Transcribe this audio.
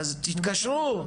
אז תתקשרו,